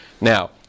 Now